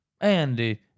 Andy